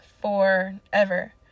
forever